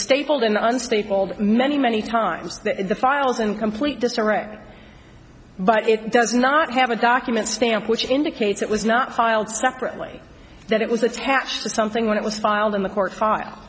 stapled in one stapled many many times the files in complete disarray but it does not have a document stamp which indicates it was not filed separately that it was attached to something when it was filed in the court file